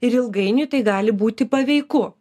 ir ilgainiui tai gali būti paveiku